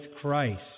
Christ